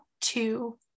two